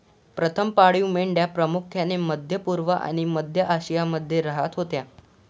प्रथम पाळीव मेंढ्या प्रामुख्याने मध्य पूर्व आणि मध्य आशियामध्ये राहत होत्या